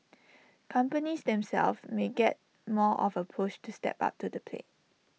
companies themselves may get more of A push to step up to the plate